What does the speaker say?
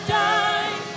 time